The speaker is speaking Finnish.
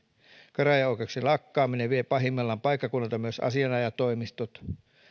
käräjäoikeuksien lakkaaminen vie pahimmillaan paikkakunnilta myös asianajajatoimistot